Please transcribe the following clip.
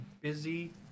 busy